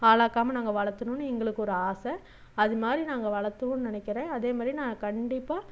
ஆளாக்காமல் நாங்கள் வளத்துணும்னு எங்களுக்கு ஒரு ஆசை அது மாதிரி நாங்கள் வளத்துணும்னு நெனைக்கிறேன் அதே மாதிரி நான் கண்டிப்பாக